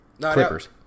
Clippers